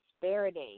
Prosperity